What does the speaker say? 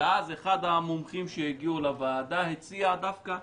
אבל אז אחד המומחים שהגיע לוועדה הציע לשקול.